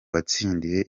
watsindiye